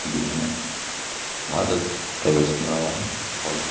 جی میں نے عادت ٹریولس میں لگایا ہے کال